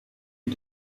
and